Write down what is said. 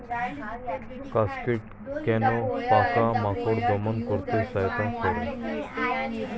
Cascade কোন পোকা মাকড় দমন করতে সাহায্য করে?